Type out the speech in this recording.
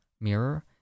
mirror